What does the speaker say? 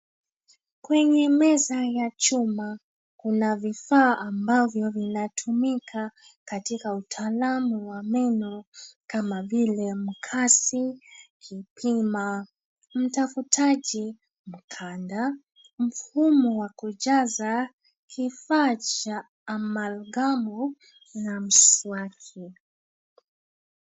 Kwenye meza ya chuma kuna vifaa ambavyo vinatumika katika utaalamu wa meno kama vile: mkasi kipima, mtafutaji mkanda, mfumo wa kujaza, kifaa cha amalgamu na mswaki.